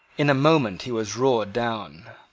in a moment he was roared down.